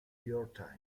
york